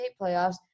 playoffs